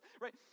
right